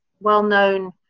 well-known